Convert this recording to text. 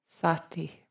Sati